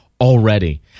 already